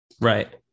Right